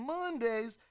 Mondays